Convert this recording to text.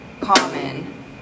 common